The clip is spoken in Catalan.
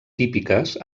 típiques